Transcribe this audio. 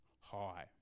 high